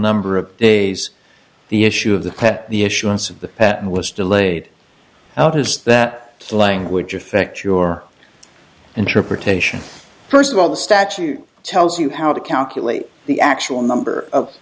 number of days the issue of the pen the issuance of the patent was delayed out as that language affects your interpretation first of all the statute tells you how to calculate the actual number of